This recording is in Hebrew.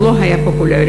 הוא לא היה פופולרי,